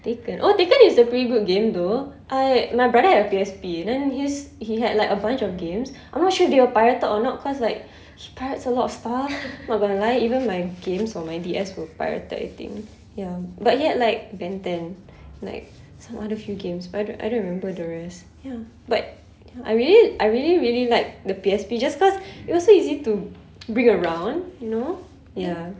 Taken oh Taken is a pretty good game though I my brother had a P_S_P then his he had like a bunch of games I'm not sure if they were pirated or not cause like he pirates a lot of stuff not even gonna lie like even my games on my D_S were pirated I think ya but he had like ben ten and like some other few games but I don't I don't remember the rest ya but ya I really I really really like the P_S_P just because it was so easy to bring around you know ya